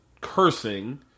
cursing